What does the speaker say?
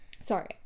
Sorry